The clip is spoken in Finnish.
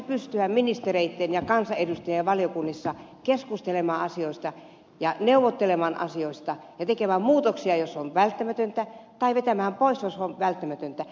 täytyisihän ministereitten ja kansanedustajien pystyä valiokunnissa keskustelemaan ja neuvottelemaan asioista ja tekemään muutoksia jos se on välttämätöntä tai vetämään pois jos se on välttämätöntä